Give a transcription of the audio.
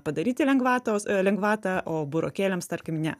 padaryti lengvatos lengvatą o burokėliams tarkim ne